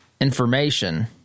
information